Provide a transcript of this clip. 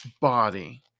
body